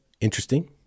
interesting